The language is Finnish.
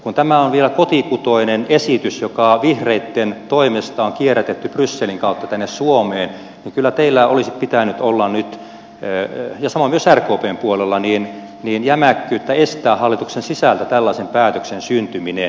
kun tämä on vielä kotikutoinen esitys joka vihreitten toimesta on kierrätetty brysselin kautta tänne suomeen niin kyllä teillä samoin myös rkpn puolella olisi pitänyt olla nyt jämäkkyyttä estää hallituksen sisältä tällaisen päätöksen syntyminen